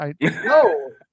No